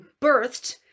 birthed